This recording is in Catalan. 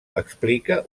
explica